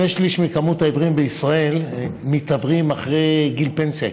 שני שלישים מהעיוורים בישראל מתעוורים אחרי גיל הפנסיה,